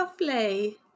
lovely